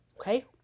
Okay